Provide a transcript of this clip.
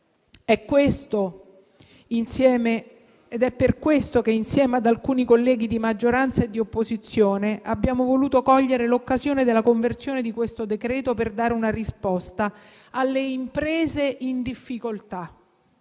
È per questo che, insieme ad alcuni colleghi di maggioranza e di opposizione, abbiamo voluto cogliere l'occasione della conversione di questo decreto-legge per dare una risposta alle imprese in difficoltà,